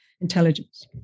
intelligence